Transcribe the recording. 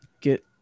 get